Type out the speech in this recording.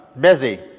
busy